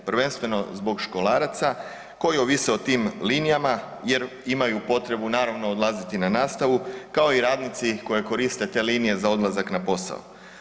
Prvenstveno zbog školaraca koji ovise o tim linijama jer imaju potrebu, naravno, odlaziti na nastavu, kao i radnici koji koriste te linije za odlazak na posao.